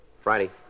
Friday